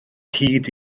hyd